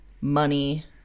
money